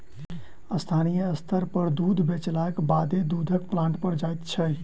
स्थानीय स्तर पर दूध बेचलाक बादे दूधक प्लांट पर जाइत छै